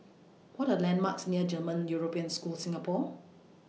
What Are landmarks near German European School Singapore